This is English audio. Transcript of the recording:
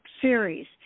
Series